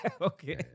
Okay